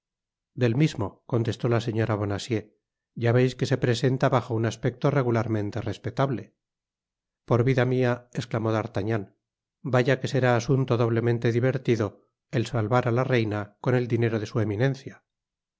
del mismo contestó la señora bonacieux ya veis que se presenta bajo un aspecto regularmente respetable por vida mia esclamó d'artagnan vaya que será asunto doblemente divertido el salvar á la reina con el dinero de su eminencia